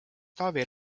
taavi